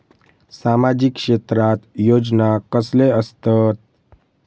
सामाजिक क्षेत्रात योजना कसले असतत?